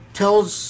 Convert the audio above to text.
tells